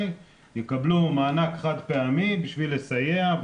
יקבלו מענק חד-פעמי בשביל לסייע,